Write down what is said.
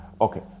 okay